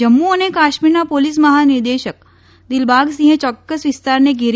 જમ્મુ અને કાશ્મીરના પોલીસ મહાનિદેશક દિલબાગસિંહે ચોક્કસ વિસ્તારને ઘેરી